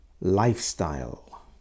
lifestyle